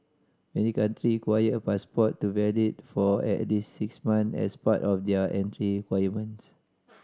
many country require a passport to valid for at least six months as part of their entry requirements